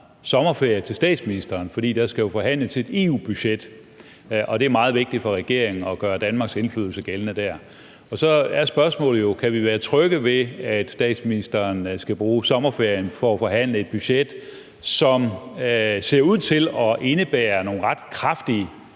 sommerferie til statsministeren, for der skal jo forhandles et EU-budget, og at det jo er meget vigtig for regeringen at gøre Danmarks indflydelse gældende der. Så er spørgsmålet jo, om vi kan være trygge ved, at statsministeren skal bruge sommerferien til at forhandle et budget, som ser ud til at indebære nogle ret kraftige